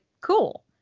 cool